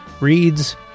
reads